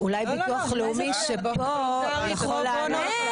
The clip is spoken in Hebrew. זה וולונטרי פרו בונו.